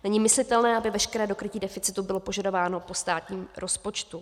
Není myslitelné, aby veškeré dokrytí deficitu bylo požadováno po státním rozpočtu.